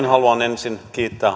haluan ensin kiittää